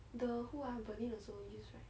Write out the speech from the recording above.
the who ah berlin also use right